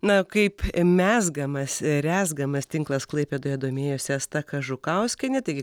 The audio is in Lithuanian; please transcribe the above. na kaip mezgamas rezgamas tinklas klaipėdoje domėjosi asta kažukauskienė taigi